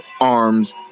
arms